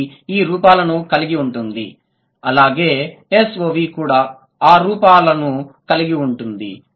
SOV ఈ రూపాలను కలిగి ఉంటుంది అలాగే SVO కూడా ఆ రూపాలను కలిగి ఉంటుంది